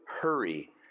hurry